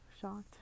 shocked